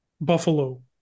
Buffalo